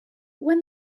when